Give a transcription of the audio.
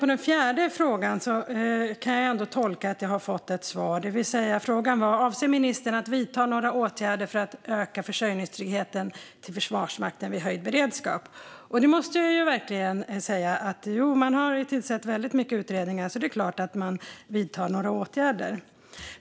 På den fjärde frågan jag ställde kan jag tolka det som att jag har fått ett svar. Frågan var: Avser ministern att vidta några åtgärder för att öka försörjningstryggheten till Försvarsmakten vid höjd beredskap? Jag måste säga att man har tillsatt väldigt många utredningar, så det är klart att man har vidtagit åtgärder.